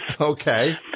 Okay